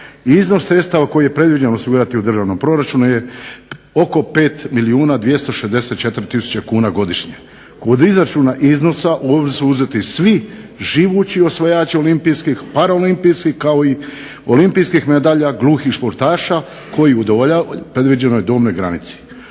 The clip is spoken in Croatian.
Iznos sredstava koji je predviđen osigurati u državnom proračunu je oko 5 milijuna 264 kuna godišnje. Kod izračuna iznosa u obzir su uzeti svi živući osvajači olimpijskih, paraolimpijskih kao i olimpijskih medalja gluhih sportaša koji udovoljavaju predviđenoj dobnoj granici.